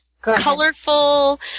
colorful